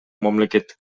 мамлекеттик